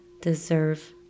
deserve